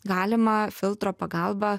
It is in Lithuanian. galima filtro pagalba